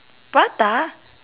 prata